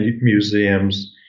museums